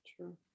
True